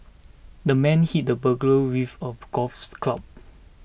the man hit the burglar with a golf club